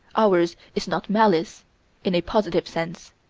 ours is not malice in a positive sense.